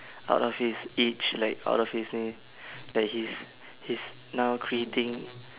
out of his age like out of his day like he's he's now creating